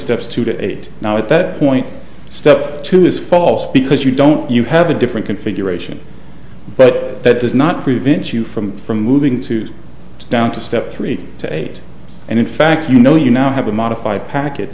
steps two to eight now at that point step two is false because you don't you have a different configuration but that does not prevent you from from moving to down to step three to eight and in fact you know you now have a modified packet